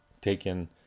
taken